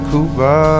Cuba